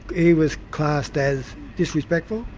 he was classed as disrespectful,